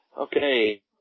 Okay